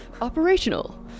Operational